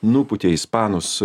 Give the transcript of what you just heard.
nupūtė ispanus